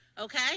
okay